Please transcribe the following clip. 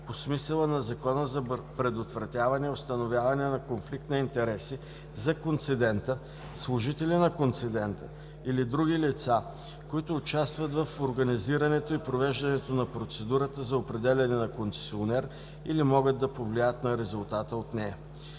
по смисъла на Закона за предотвратяване и установяване на конфликт на интереси за концедента, служители на концедента, или други лица, които участват в организирането и провеждането на процедурата за определяне на концесионер или могат да повлияят на резултата от нея.